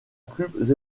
plus